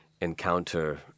encounter